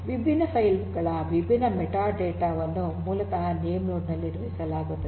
ವಿಭಿನ್ನ ಫೈಲ್ ಗಳ ವಿಭಿನ್ನ ಮೆಟಾಡೇಟಾ ವನ್ನು ಮೂಲತಃ ನೇಮ್ನೋಡ್ ನಲ್ಲಿ ನಿರ್ವಹಿಸಲಾಗುತ್ತದೆ